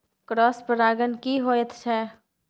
Cross परागण की होयत छै?